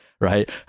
right